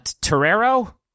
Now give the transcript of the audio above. Torero